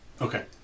Okay